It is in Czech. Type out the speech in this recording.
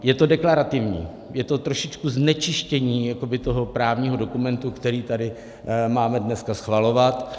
Je to deklarativní, je to trošičku znečištění jakoby toho právního dokumentu, který tady máme dneska schvalovat.